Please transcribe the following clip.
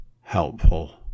helpful